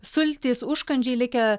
sultys užkandžiai likę